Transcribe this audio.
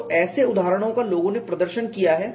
तो ऐसे उदाहरणों का लोगों ने प्रदर्शन किया है